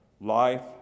life